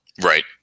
Right